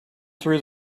through